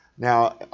Now